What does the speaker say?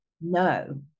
no